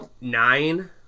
Nine